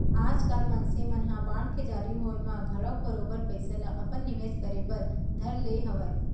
आजकाल मनसे मन ह बांड के जारी होय म घलौक बरोबर पइसा ल अपन निवेस करे बर धर ले हवय